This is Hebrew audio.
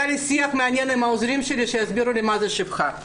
היה לי שיח מעניין עם העוזרים שלי שהסבירו לי מה זאת שפחה.